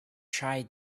try